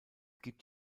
gibt